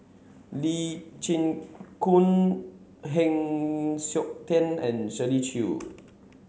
Lee Chin Koon Heng Siok Tian and Shirley Chew